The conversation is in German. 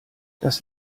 das